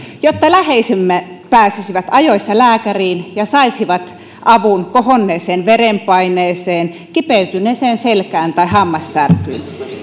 jotta läheisemme pääsisivät ajoissa lääkäriin ja saisivat avun kohonneeseen verenpaineeseen kipeytyneeseen selkään tai hammassärkyyn